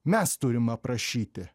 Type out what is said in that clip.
mes turim aprašyti